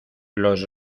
los